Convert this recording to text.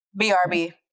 brb